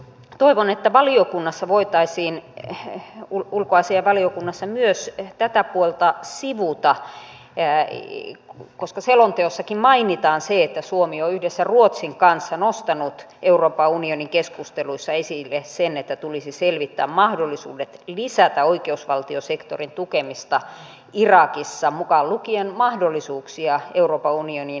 toivon että ulkoasiainvaliokunnassa voitaisiin myös tätä puolta sivuta koska selonteossakin mainitaan että suomi on yhdessä ruotsin kanssa nostanut euroopan unionin keskusteluissa esille sen että tulisi selvittää mahdollisuudet lisätä oikeusvaltiosektorin tukemista irakissa mukaan lukien mahdollisuuksia euroopan unionin siviilikriisinhallintaoperaatioon